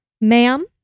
ma'am